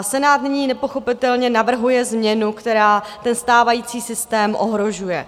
Senát nyní nepochopitelně navrhuje změnu, která stávající systém ohrožuje.